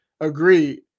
Agreed